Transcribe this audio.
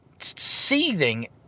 Seething